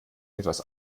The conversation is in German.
etwas